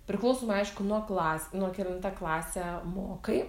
priklauso nu aišku nuo klas nuo kelintą klasę mokai